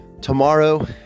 tomorrow